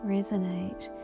Resonate